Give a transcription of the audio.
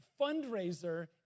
fundraiser